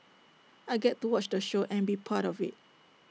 I get to watch the show and be part of IT